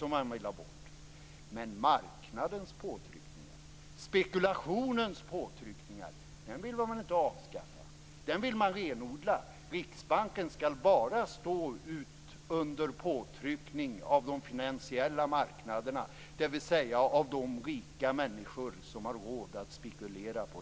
Men marknadens påtryckningar, spekulationens påtryckningar vill man inte avskaffa. Dem vill man renodla. Riksbanken skall stå under påtryckning bara av de finansiella marknaderna, dvs. av de rika människor som har råd att spekulera.